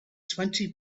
twenty